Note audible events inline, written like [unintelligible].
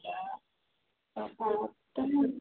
क्या हमको [unintelligible]